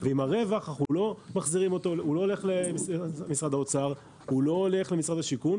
והרווח הוא לא הולך למשרד האוצר ולא הולך למשרד השיכון,